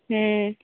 हूँ